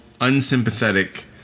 unsympathetic